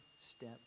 step